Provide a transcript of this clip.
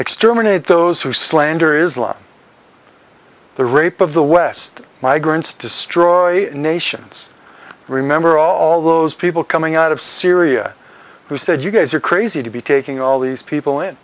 exterminate those who slander islam the rape of the west migrants destroy nations remember all those people coming out of syria who said you guys are crazy to be taking all these people in